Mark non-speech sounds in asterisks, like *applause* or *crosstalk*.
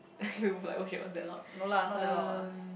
*laughs* okay was that loud um